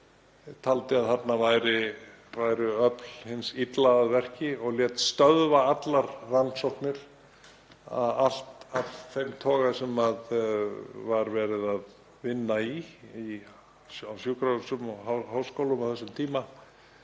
taldi að þarna væru öfl hins illa að verki og lét stöðva allar rannsóknir af þessum toga sem verið var að vinna að á sjúkrahúsum og háskólum á þessum tíma.